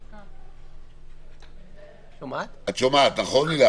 כן, כן.